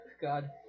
God